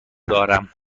دارم